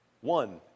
one